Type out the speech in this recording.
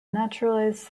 naturalized